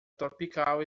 tropical